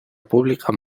pública